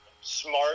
smart